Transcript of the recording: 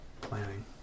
Planning